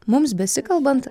mums besikalbant